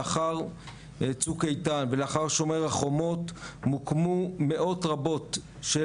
לאחר צוק איתן ולאחר שומר החומות מוקמו מאות רבות של